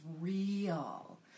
real